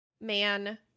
man